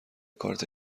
کارت